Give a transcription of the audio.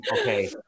okay